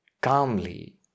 calmly